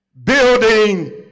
building